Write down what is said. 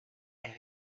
est